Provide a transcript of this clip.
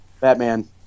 Batman